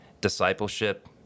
discipleship